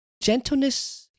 Gentleness